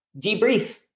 debrief